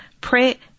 pray